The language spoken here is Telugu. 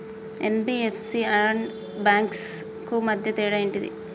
ఎన్.బి.ఎఫ్.సి అండ్ బ్యాంక్స్ కు మధ్య తేడా ఏంటిది?